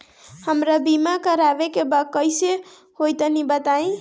हमरा बीमा करावे के बा कइसे होई तनि बताईं?